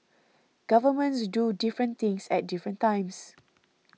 governments do different things at different times